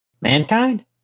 Mankind